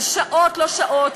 על שעות לא שעות,